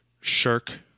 shirk